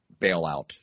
bailout